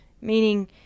meaning